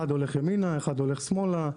אחד הולך ימינה, אחד הולך שמאלה,